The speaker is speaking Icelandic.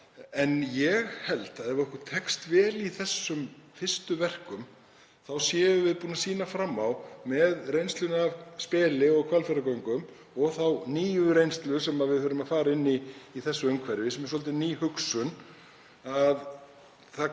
En ég held að ef okkur tekst vel í þessum fyrstu verkum séum við búin að sýna fram á með reynslunni af Speli og Hvalfjarðargöngum og þeirri nýju reynslu sem við þurfum að fara inn í í þessu umhverfi, sem er svolítið ný hugsun, að það